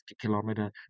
kilometer